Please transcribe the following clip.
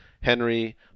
Henry